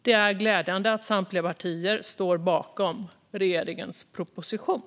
Det är glädjande att samtliga partier står bakom regeringens proposition.